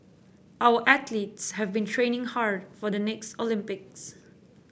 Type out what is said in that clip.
our athletes have been training hard for the next Olympics